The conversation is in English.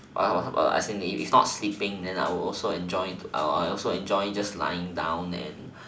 I I as in if not sleeping then I would also enjoy I would also enjoy just lying down and